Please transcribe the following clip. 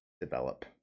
develop